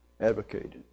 advocated